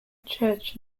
church